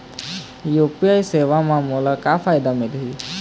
UPI सेवा म मोला का फायदा मिलही?